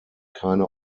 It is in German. keine